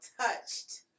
touched